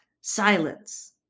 Silence